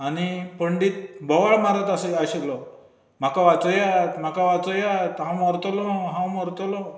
आनी पंडीत बोवाळ मारीत आश आशिल्लो म्हाका वाचयात म्हाका वाचयात हांव मोरतलों हांव मोरतलों